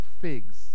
figs